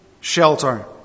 shelter